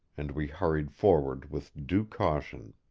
and we hurried forward with due caution.